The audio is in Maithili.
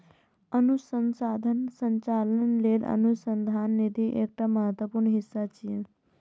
अनुसंधानक संचालन लेल अनुसंधान निधि एकटा महत्वपूर्ण हिस्सा छियै